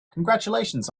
congratulations